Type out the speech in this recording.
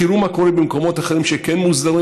תראו מה קורה במקומות אחרים שכן מוסדרים